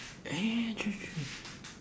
eh true true true